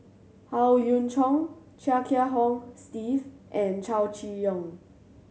Howe Yoon Chong Chia Kiah Hong Steve and Chow Chee Yong